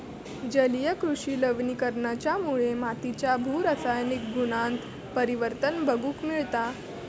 जलीय कृषि लवणीकरणाच्यामुळे मातीच्या भू रासायनिक गुणांत परिवर्तन बघूक मिळता